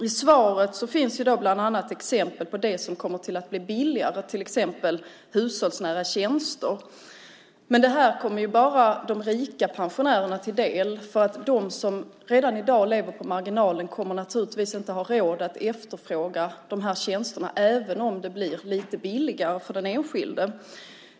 I svaret finns det bland annat exempel på det som kommer att bli billigare, till exempel hushållsnära tjänster. Men det kommer bara de rika pensionärerna till del. De som redan i dag lever på marginalen kommer naturligtvis inte att ha råd att efterfråga de här tjänsterna, även om det blir lite billigare för den enskilde.